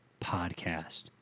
podcast